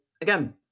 again